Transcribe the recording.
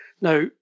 Now